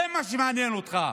זה מה שמעניין אותך.